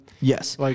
Yes